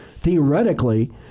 theoretically